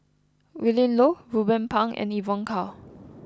Willin Low Ruben Pang and Evon Kow